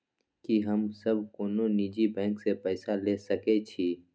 की हम सब कोनो निजी बैंक से पैसा ले सके छी?